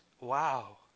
Wow